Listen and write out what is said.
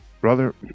Brother